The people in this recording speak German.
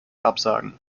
absagen